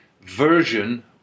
version